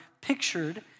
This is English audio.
pictured